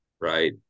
right